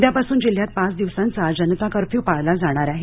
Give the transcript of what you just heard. उद्यापासून जिल्ह्यात पाच दिवसांचा जनता कर्फ्यू पाळला जाणार आहे